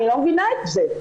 אני לא מבינה את זה.